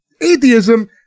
atheism